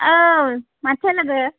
औ माथो लोगो